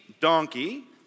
donkey